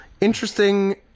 interesting